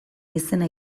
izena